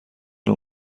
نوع